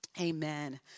Amen